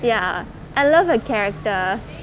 ya I love a character